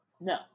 No